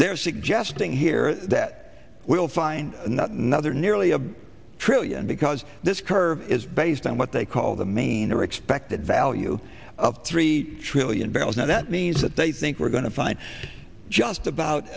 they're suggesting here that we'll find not another nearly a trillion because this curve is based on what they call the main or expected value of three trillion barrels now that means that they think we're going to find just about